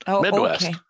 Midwest